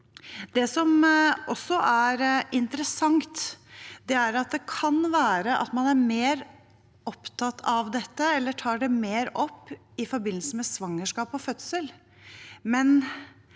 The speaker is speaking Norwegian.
Det som også er interessant, er at det kan være at man er mer opptatt av dette, eller tar det mer opp i forbindelse med svangerskap og fødsel,